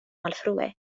malfrue